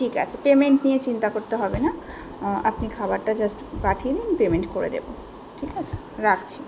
ঠিক আছে পেমেন্ট নিয়ে চিন্তা করতে হবে না আপনি খাবারটা জাস্ট পাঠিয়ে দিন পেমেন্ট করে দেবো ঠিক আছে রাখছি